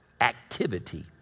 activity